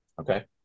Okay